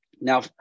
Now